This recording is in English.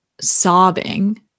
sobbing